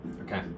Okay